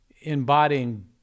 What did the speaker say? embodying